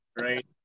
Right